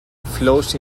flows